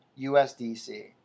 USDC